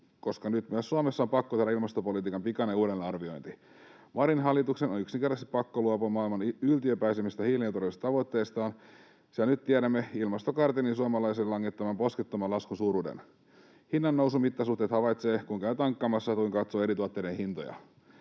että nyt myös Suomessa on pakko saada ilmastopolitiikan pikainen uudelleenarviointi. Marinin hallituksen on yksinkertaisesti pakko luopua maailman yltiöpäisimmistä hiilineutraalisuustavoitteistaan, sillä nyt tiedämme ilmastokartellin suomalaisille langettaman poskettoman laskun suuruuden. Hinnannousun mittasuhteet havaitsee, kun käy tankkaamassa tai kun katsoo eri tuotteiden hintoja.